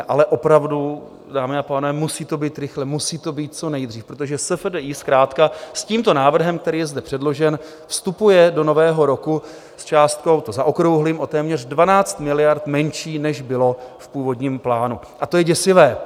Ale opravdu, dámy a pánové, musí to být rychle, musí to být co nejdřív, protože SFDI zkrátka s tímto návrhem, který je zde předložen, vstupuje do nového roku s částkou, to zaokrouhlím, o téměř 12 miliard menší, než bylo v původním plánu, a to je děsivé.